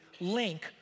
link